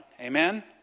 Amen